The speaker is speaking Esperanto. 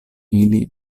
ili